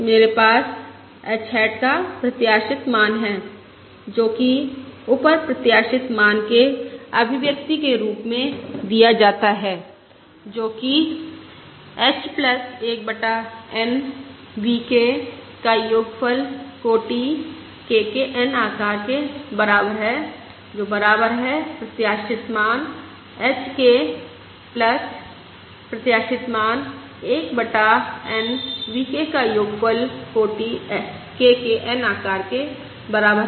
मेरे पास h hat का प्रत्याशित मान है जो कि ऊपर प्रत्याशित मान के अभिव्यक्ति के रूप में दिया गया है जो कि h 1 बटा N v k का योगफल कोटि k के N आकार के बराबर है जो बराबर है प्रत्याशित मान h के प्रत्याशित मान 1 बटा N v k का योगफल कोटि k के N आकार के बराबर है